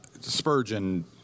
Spurgeon